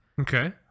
Okay